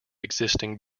existing